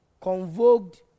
convoked